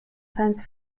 science